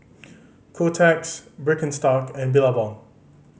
Kotex Birkenstock and Billabong